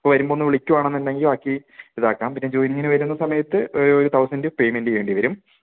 അപ്പം വരുമ്പോൾ ഒന്ന് വിളിക്കുവാണെന്ന് ഉണ്ടെങ്കിൽ ബാക്കി ഇതാക്കാം പിന്നെ ജോയിനിങ്ങിന് വരുന്ന സമയത്ത് ഒരു തൗസൻഡ് പേയ്മെന്റ് ചെയ്യണ്ടി വരും